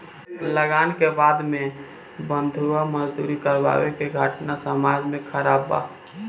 लगान के बदला में बंधुआ मजदूरी करावे के घटना समाज में खराब बा